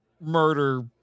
murder